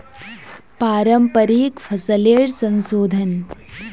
पारंपरिक फसलेर संशोधन